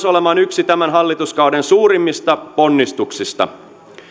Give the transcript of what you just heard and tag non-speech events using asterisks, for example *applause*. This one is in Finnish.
*unintelligible* olemaan yksi tämän hallituskauden suurimmista ponnistuksista